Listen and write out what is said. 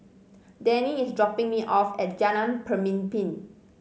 Dennie is dropping me off at Jalan Pemimpin